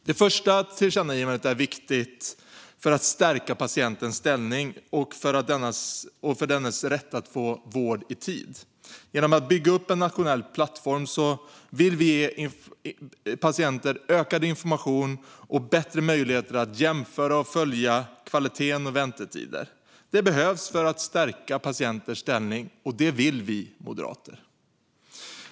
Det första tillkännagivandet är viktigt för att stärka patientens ställning och för dennes rätt att få vård i tid. Genom att bygga upp en nationell plattform vill vi ge patienter ökad information och möjlighet att jämföra och följa kvalitet och väntetider. Det behövs för att stärka patientens ställning, och det vill vi moderater.